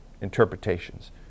interpretations